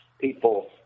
people